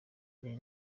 ari